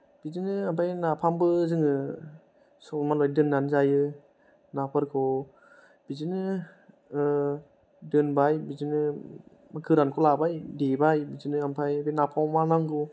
बिदिनो ओमफ्राय नाफामबो जोङो सौनानै दोन्नाय जायो नाफोरखौ बिदिनो दोनबाय बिदिनो गोरानखौ लाबाय देबाय बिदिनो ओमफ्राय बे नाफामाव मा नांगौ